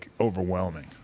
overwhelming